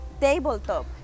tabletop